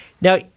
Now